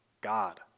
God